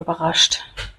überrascht